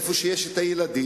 איפה שיש ילדים,